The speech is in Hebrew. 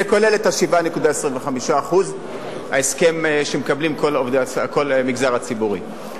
זה כולל את ה-7.25% ההסכם שמקבלים כל עובדי המגזר הציבורי.